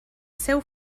seu